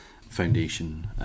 Foundation